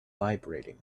vibrating